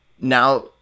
now